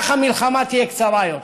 כך המלחמה תהיה קצרה יותר,